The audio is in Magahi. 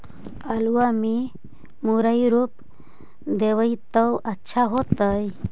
आलुआ में मुरई रोप देबई त अच्छा होतई?